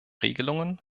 regelungen